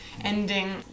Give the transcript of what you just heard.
ending